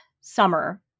summer